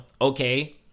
okay